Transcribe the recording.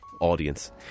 audience